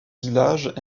village